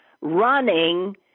running